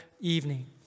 evening